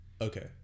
Okay